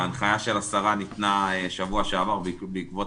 ההנחיה של השרה ניתנה בשבוע שעבר בעקבות